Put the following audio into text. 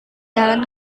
jalan